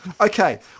Okay